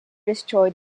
destroyed